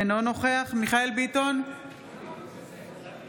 אינו נוכח מיכאל מרדכי ביטון,